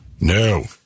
No